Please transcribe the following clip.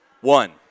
One